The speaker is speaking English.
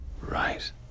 Right